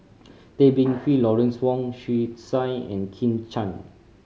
Tay Bin Wee Lawrence Wong Shyun Tsai and Kit Chan